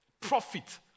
Profit